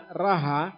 raha